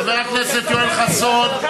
חבר הכנסת אקוניס, אני קורא לך לסדר.